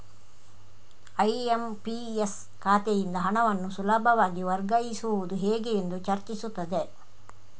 IMPS ಖಾತೆಯಿಂದ ಹಣವನ್ನು ಸುಲಭವಾಗಿ ವರ್ಗಾಯಿಸುವುದು ಹೇಗೆ ಎಂದು ಚರ್ಚಿಸುತ್ತದೆ